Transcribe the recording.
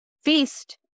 Feast